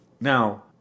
Now